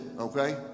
okay